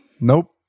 Nope